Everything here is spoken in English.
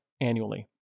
annually